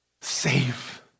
Save